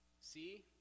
See